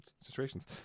situations